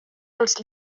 als